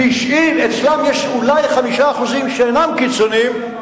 אצלם יש אולי 5% שאינם קיצוניים,